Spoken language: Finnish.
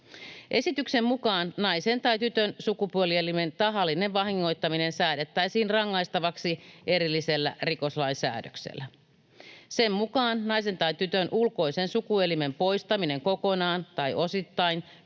Esityksen mukaan naisen tai tytön sukupuolielimen tahallinen vahingoittaminen säädettäisiin rangaistavaksi erillisellä rikoslain säädöksellä. Sen mukaan naisen tai tytön ulkoisen sukuelimen poistaminen kokonaan tai osittain